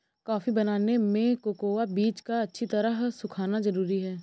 coffee बनाने में cocoa बीज का अच्छी तरह सुखना जरूरी है